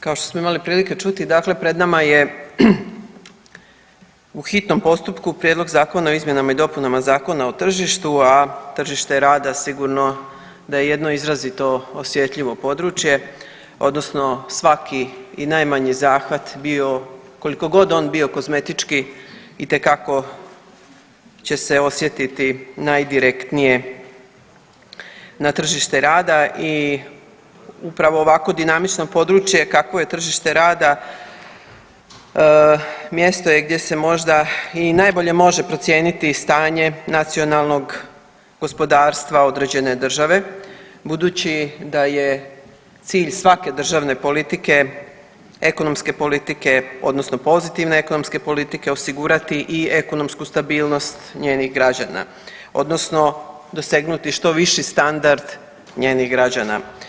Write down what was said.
Kao što smo imali prilike čuti, dakle pred nama je u hitnom postupku Prijedlog zakona o izmjenama i dopunama Zakona o tržištu, a tržište rada sigurno da je jedno izrazito osjetljivo područje, odnosno svaki i najmanji zahvat bio, koliko god on bio kozmetički, itekako će se osjetiti najdirektnije na tržište rada i upravo ovakvo dinamično područje kakvo je tržište rada, mjesto je gdje se možda i najbolje može procijeniti stanje nacionalnog gospodarstva određene države budući da je cilj svake državne politike, ekonomske politike, odnosno pozitivne ekonomske politike, osigurati i ekonomsku stabilnost njenih građana, odnosno dosegnuti što viši standard njenih građana.